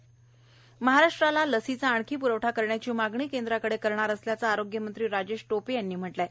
राजेश टोपे महाराष्ट्राला लसीचा आणखी पूवरठा करण्याची मागणी केंद्राकडे करणार असल्याचं आरोग्य मंत्री राजेश टोपे यांनी म्हटलं आहे